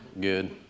good